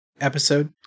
episode